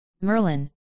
Merlin